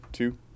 two